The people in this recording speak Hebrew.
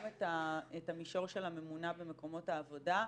את המישור של הממונה במקומות העבודה.